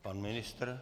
Pan ministr?